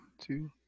two